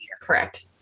Correct